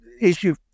issue